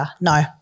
No